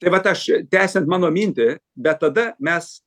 tai vat aš tęsian mano mintį bet tada mes